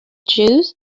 jews